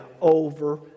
over